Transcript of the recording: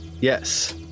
Yes